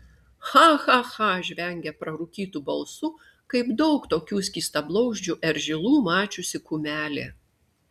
cha cha cha žvengia prarūkytu balsu kaip daug tokių skystablauzdžių eržilų mačiusi kumelė